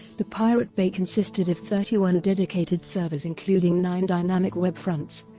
the pirate bay consisted of thirty one dedicated servers including nine dynamic web fronts,